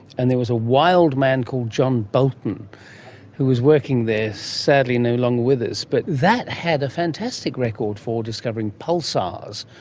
and there was a wild man called john bolton who was working there, sadly no longer with us, but that had a fantastic record for discovering pulsars,